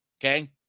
Okay